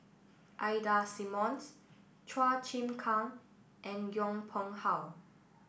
Ida Simmons Chua Chim Kang and Yong Pung How